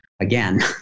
again